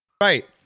Right